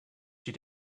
she